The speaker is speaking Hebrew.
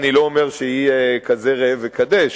אני לא אומר שהיא כזה ראה וקדש,